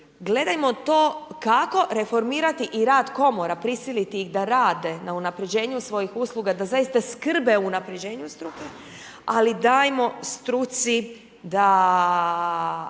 gledajmo to kako reformirati i rad Komore, prisiliti ih da prisiliti ih da rade na unaprjeđenju svojih usluga da zaista skrbe o unaprjeđenju struke ali dajmo struci da